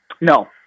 No